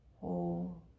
Hold